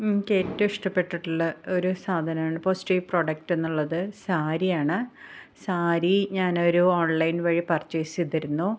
എനിക്കേറ്റവും ഇഷ്ട്ടപ്പെട്ടിട്ടുള്ള ഒരു സാധനമാണ് പോസ്റ്റീവ് പ്രോഡക്റ്റ് എന്നുള്ളത് സാരിയാണ് സാരി ഞാനൊരു ഓൺലൈൻ വഴി പർച്ചെയ്സ് ചെയ്തിരുന്നു